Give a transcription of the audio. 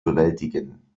bewältigen